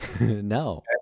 no